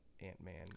Ant-Man